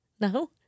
No